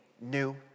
new